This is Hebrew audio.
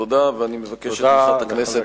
תודה, ואני מבקש את תמיכת הכנסת.